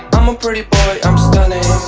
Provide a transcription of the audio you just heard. i'm a pretty boy, i'm stunning,